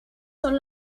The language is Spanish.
son